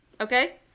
okay